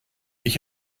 ich